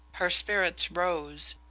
her spirits rose,